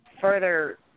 further